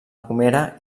pomera